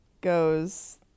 goes